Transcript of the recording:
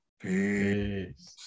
Peace